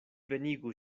venigu